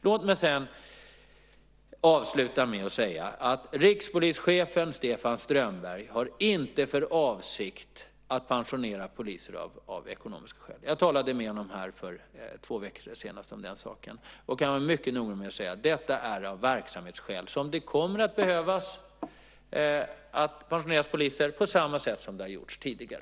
Låt mig sedan avsluta med att säga att rikspolischefen Stefan Strömberg inte har för avsikt att pensionera poliser av ekonomiska skäl. Jag talade med honom om den saken senast för två veckor sedan. Han var mycket noga med att säga att det är av verksamhetsskäl som det kommer att behöva pensioneras poliser på samma sätt som det har gjorts tidigare.